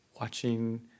watching